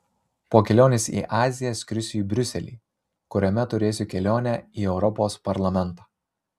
po kelionės į aziją skrisiu į briuselį kuriame turėsiu kelionę į europos parlamentą